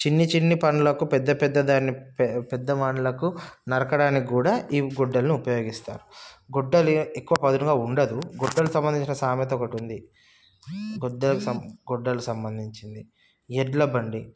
చిన్ని చిన్ని పనులకు పెద్ద పెద్ద దాన్ని పెద్ద మాటలకు నరకడానికి కూడా ఈ గొడ్డలిని ఉపయోగిస్తారు గొడ్డలి ఎక్కువ పదునుగా ఉండదు గొడ్డలికి సంబంధించిన సామెత ఒకటుంది గొడ్డలికి సంబంధించింది ఎద్దుల బండి